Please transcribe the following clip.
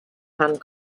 hand